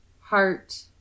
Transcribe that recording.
heart